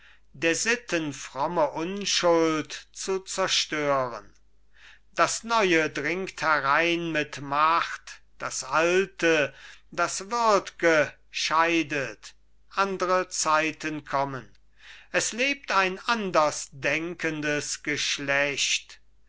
der sitten fromme unschuld zu zerstören das neue dringt herein mit macht das alte das würd'ge scheidet andre zeiten kommen es lebt ein andersdenkendes geschlecht